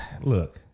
Look